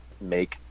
make